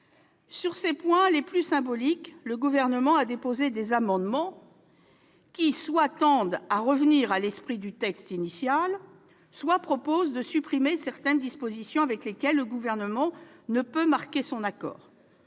Sur les points les plus symboliques, le Gouvernement a déposé des amendements qui tendent soit à revenir à l'esprit du texte initial, soit à supprimer certaines dispositions avec lesquelles il ne peut être en accord.